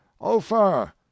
Ofer